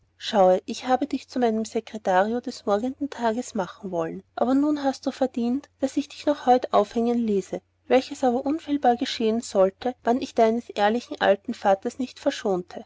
ich habe dich zu meinem secretario des morgenden tags wollen machen aber nun hast du verdienet daß ich dich noch heut aufhängen ließe welches auch unfehlbar geschehen sollte wann ich deines ehrlichen alten vatters nicht verschonete